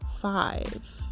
five